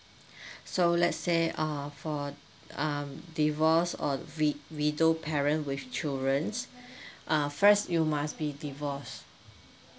so let's say uh for um divorced or we widowed parent with children uh first you must be divorced